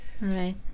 Right